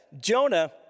Jonah